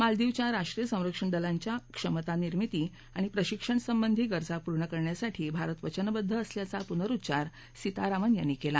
मालदीवच्या राष्ट्रीय संरक्षण दलांच्या क्षमता निर्मिती आणि प्रशिक्षण संबंधी गरजा पूर्ण करण्यासाठी भारत वचनबद्द असल्याचा पुनरुच्चार सीतारामन यांनी केला